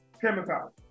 chemicals